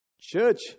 Church